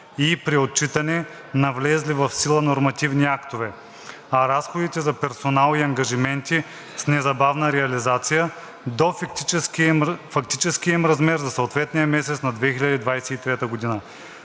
и при отчитане на влезли в сила нормативни актове, а разходите за персонал и ангажименти с незабавна реализация – до фактическия им размер за съответния месец на 2023 г.